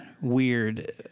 weird